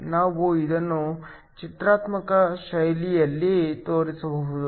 ನಾವು ಇದನ್ನು ಚಿತ್ರಾತ್ಮಕ ಶೈಲಿಯಲ್ಲಿ ತೋರಿಸಬಹುದು